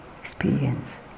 Experience